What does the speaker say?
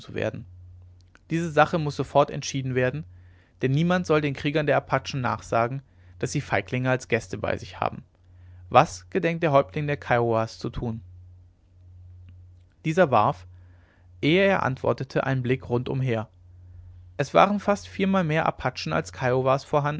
werden diese sache muß sofort entschieden werden denn niemand soll den kriegern der apachen nachsagen daß sie feiglinge als gäste bei sich haben was gedenkt der häuptling der kiowas zu tun dieser warf ehe er antwortete einen blick rund umher es waren fast viermal mehr apachen als